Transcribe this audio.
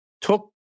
took –